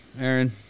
Aaron